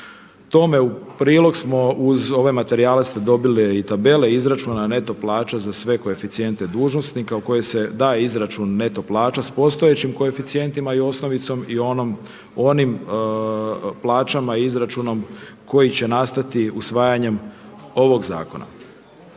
To me u prilog smo uz ove materijale ste dobili i tabele izračuna neto plaća za sve koeficijente dužnosnika u koje se daje izračun neto plaća s postojećim koeficijentima i osnovicom i onim plaćama i izračunom koji će nastati usvajanjem ovog zakona.